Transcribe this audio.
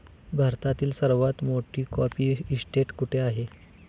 भारतातील सर्वात मोठी कॉफी इस्टेट कुठे आहे?